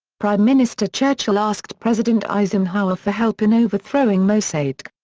prime minister churchill asked president eisenhower for help in overthrowing mossadeq.